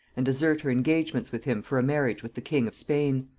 and desert her engagements with him for a marriage with the king of spain.